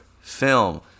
film